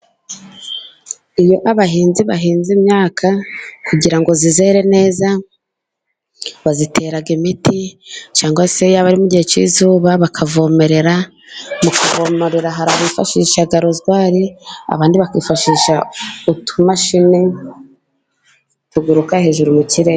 Iyo abahinzi bahinze imyaka kugira ngo izere neza, bayitera imiti cyangwa se yaba arimo mu gihe cy'izuba bakavomerera, mu kuvomerera hari abifashisha arozwari abandi bakifashisha utumashini tuguruka hejuru mu kirere.